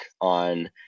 on